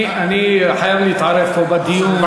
אני חייב להתערב פה בדיון.